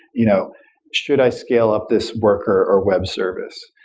you know should i scale up this worker or web service?